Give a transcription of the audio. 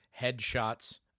headshots